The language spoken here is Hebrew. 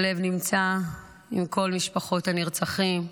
הלב נמצא עם כל משפחות הנרצחים,